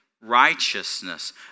righteousness